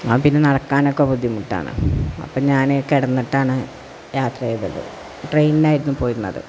അപ്പോൾ പിന്നെ നടക്കാനൊക്കെ ബുദ്ധിമുട്ടാണ് അപ്പം ഞാൻ കിടന്നിട്ടാണ് യാത്ര ചെയ്തത് ട്രെയ്നിലായിരുന്നു പോയിരുന്നത്